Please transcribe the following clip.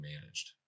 managed